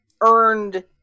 earned